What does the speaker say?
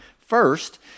first